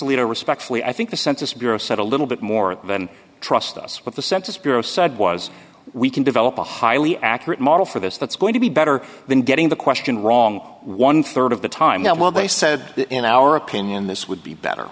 alito respectfully i think the census bureau said a little bit more than trust us but the census bureau said was we can develop a highly accurate model for this that's going to be better than getting the question wrong one third of the time now well they said in our opinion this would be better